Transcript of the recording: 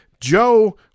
Joe